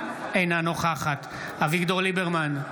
אינה נוכחת אביגדור ליברמן,